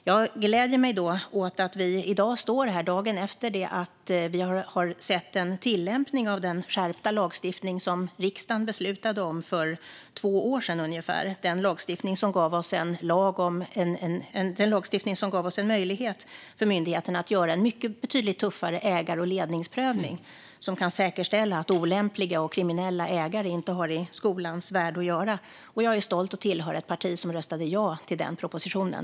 Jag gläder mig då åt att vi står här i dag, dagen efter det att vi har sett en tillämpning av den skärpta lagstiftning som riksdagen beslutade om för ungefär två år sedan och som gav myndigheterna en möjlighet att göra en betydligt tuffare ägar och ledningsprövning som kan säkerställa att olämpliga och kriminella ägare inte har i skolans värld att göra. Jag är stolt att tillhöra ett parti som röstade ja till den propositionen.